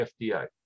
FDA